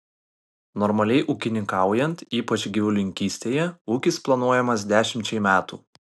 normaliai ūkininkaujant ypač gyvulininkystėje ūkis planuojamas dešimčiai metų